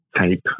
tape